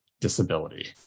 disability